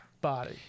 body